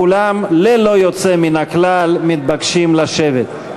כולם ללא יוצא מן הכלל מתבקשים לשבת.